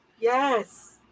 Yes